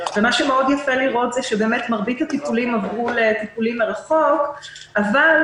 יפה לראות שמרבית הטיפולים עברו לטיפולים מרחוק ואף